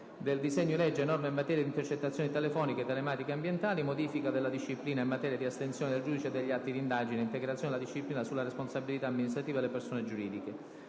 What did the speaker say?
DISEGNO DI LEGGE Norme in materia di intercettazioni telefoniche, telematiche e ambientali. Modifica della disciplina in materia di astensione del giudice e degli atti di indagine. Integrazione della disciplina sulla responsabilità amministrativa delle persone giuridiche